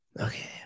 Okay